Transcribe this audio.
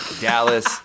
Dallas